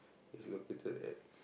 is located at